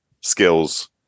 skills